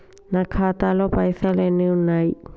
నా ఖాతాలో పైసలు ఎన్ని ఉన్నాయి?